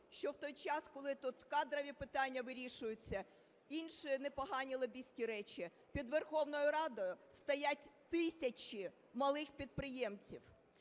що в той час, коли тут кадрові питання вирішуються, інші непогані лобістські речі, під Верховною Радою стоять тисячі малих підприємців.